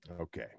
Okay